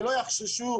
ולא יחששו.